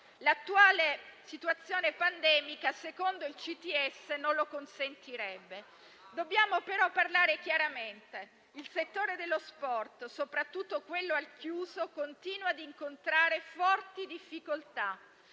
l'attuale situazione pandemica non lo consente. Dobbiamo però parlare chiaramente. Il settore dello sport, soprattutto quello al chiuso, continua a incontrare forti difficoltà